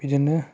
बिदिनो